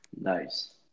Nice